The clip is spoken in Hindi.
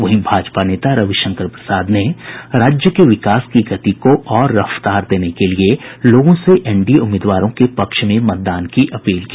वहीं भाजपा नेता रविशंकर प्रसाद ने राज्य के विकास की गति को और रफ्तार देने के लिए लोगों से एनडीए उम्मीदवारों के पक्ष में मतदान की अपील की